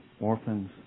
orphans